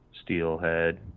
steelhead